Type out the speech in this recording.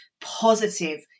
positive